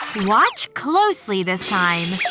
watch closely this time,